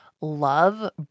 love